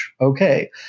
Okay